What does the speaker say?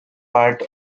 part